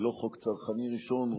ולא החוק הצרכני הראשון שלו.